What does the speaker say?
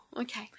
Okay